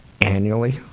annually